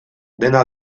dena